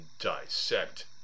dissect